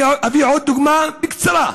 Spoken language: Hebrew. אני אביא עוד דוגמה בקצרה,